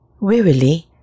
Wearily